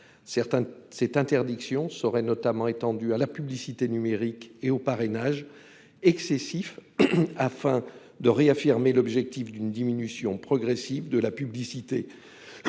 cette interdiction serait notamment étendu à la publicité numérique et au parrainage. Excessif afin de réaffirmer l'objectif d'une diminution progressive de la publicité. Sur